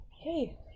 Hey